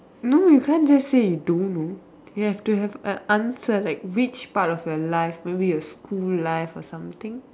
no you can't just say you don't know you have to have an answer like which part of your life maybe your school life or something